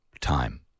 time